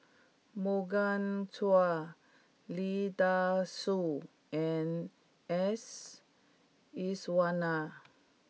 Morgan Chua Lee Dai Soh and S Iswaran